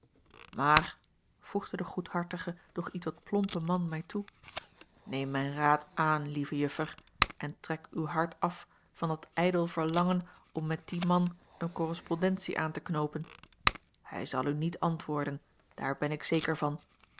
maar voegde de goedhartige doch ietwat plompe man mij toe neem mijn raad aan lieve juffer en trek uw hart af van dat ijdel verlangen om met dien man eene correspondentie aan te knoopen hij zal u niet antwoorden daar ben ik zeker van